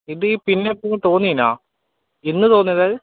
ഇത് ഈ പിന്നെ എപ്പോഴെങ്കിലും തോന്നിയിനോ ഇന്ന് തോന്നിയതാണോ ഇത്